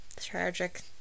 tragic